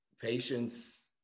patience